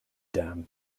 dam